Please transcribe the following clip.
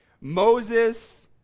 Moses